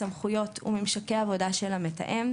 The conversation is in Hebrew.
סמכויות וממשקי עבודה של המתאם.